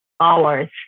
hours